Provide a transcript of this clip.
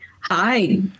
hi